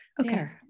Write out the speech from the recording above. Okay